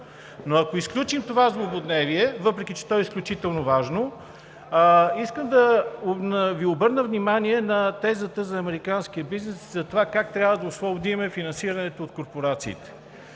Ако изключим това злободневие, въпреки че то е изключително важно, искам да Ви обърна внимание на тезата за американския бизнес и за това как трябва да освободим финансирането от корпорациите.